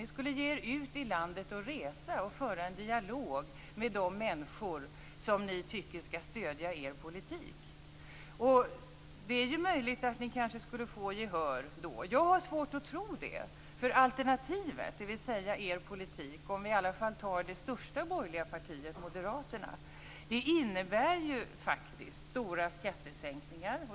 Ni skulle ge er ut i landet och resa och föra en dialog med de människor som ni tycker skall stödja er politik. Det är ju möjligt att ni kanske skulle få gehör då. Jag har svårt att tro det. Alternativet, dvs. er politik om vi i alla fall tar det största borgerliga partiet, Moderaterna, innebär ju faktiskt stora skattesänkningar.